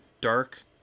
dark